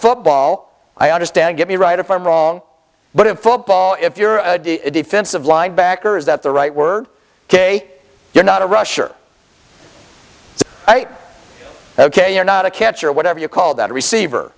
football i understand give me right if i'm wrong but in football if you're a defensive linebacker is that the right word ok you're not a rusher ok you're not a catch or whatever you call that receiver